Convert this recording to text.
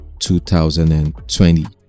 2020